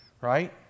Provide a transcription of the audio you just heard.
right